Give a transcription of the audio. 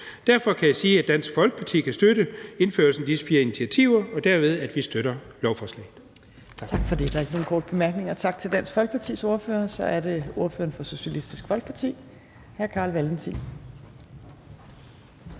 Derfor kan jeg sige, at Dansk Folkeparti kan støtte indførelsen af disse fire initiativer, og dermed, at vi støtter lovforslaget.